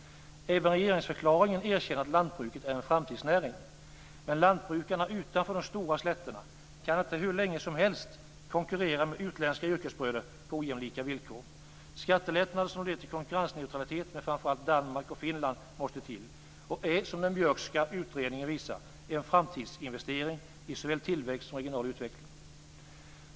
Även i regeringsförklaringen erkänns att lantbruket är en framtidsnäring. Men lantbrukarna utanför de stora slätterna kan inte hur länge som helst konkurrera med utländska yrkesbröder på ojämlika villkor. Skattelättnader som leder till konkurrensneutralitet med framför allt Danmark och Finland måste till och är, som den Björkska utredningen visar, en framtidsinvestering i såväl tillväxt som regional utveckling.